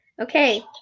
Okay